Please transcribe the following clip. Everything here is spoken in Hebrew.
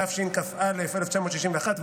התשכ"א 1961,